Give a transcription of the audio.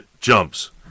jumps